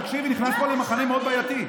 תקשיבי, נכנסת פה למחנה מאוד בעייתי.